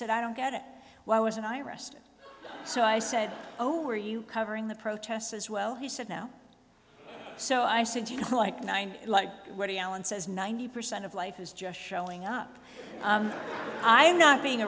said i don't get it why wasn't i arrested so i said oh are you covering the protests as well he said no so i said you know like nine like what he allen says ninety percent of life is just showing up i'm not being